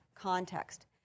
context